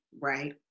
Right